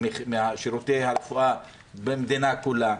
ומשרותי הרפואה במדינה כולה.